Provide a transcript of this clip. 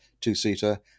two-seater